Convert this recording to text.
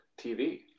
TV